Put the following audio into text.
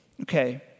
okay